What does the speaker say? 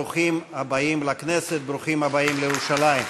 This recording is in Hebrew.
ברוכים הבאים לכנסת, ברוכים הבאים לירושלים.